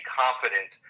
confident